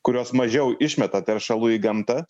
kurios mažiau išmeta teršalų į gamtą